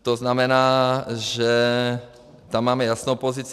To znamená, že tam máme jasnou pozici.